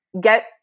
get